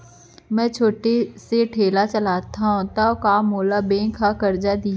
मैं छोटे से ठेला चलाथव त का मोला बैंक करजा दिही?